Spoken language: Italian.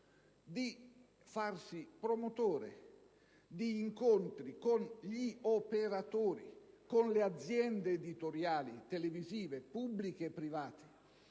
di farsi promotore di incontri con gli operatori, con le aziende editoriali televisive pubbliche e private,